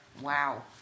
Wow